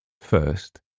First